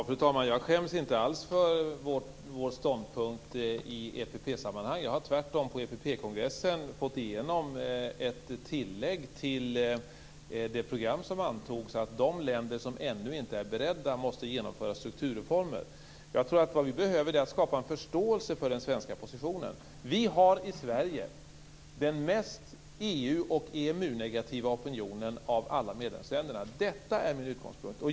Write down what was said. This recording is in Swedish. Fru talman! Jag skäms inte alls för vår ståndpunkt i EPP-sammanhang. Jag har tvärtom på EPP kongressen fått igenom ett tillägg till det program som antogs att de länder som ännu inte är beredda måste genomföra strukturreformer. Jag tror att vi behöver skapa en förståelse för den svenska positionen. Vi har i Sverige den mest EU och EMU-negativa opinionen av alla medlemsländer. Detta är min utgångspunkt.